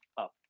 up